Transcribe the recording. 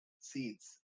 Seeds